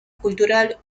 cultural